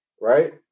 right